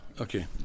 Okay